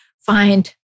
find